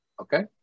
Okay